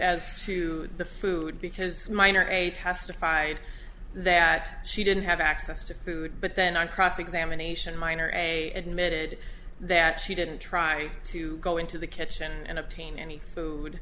as to the food because mine or a testified that she didn't have access to food but then on cross examination minor a admitted that she didn't try to go into the kitchen and obtain any food